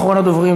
אחרון הדוברים,